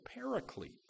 paraclete